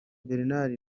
bernard